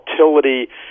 volatility